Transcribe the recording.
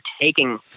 taking